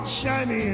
shiny